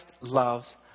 loves